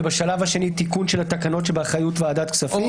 ובשלב השני תיקון של התקנות שבאחריות ועדת כספים.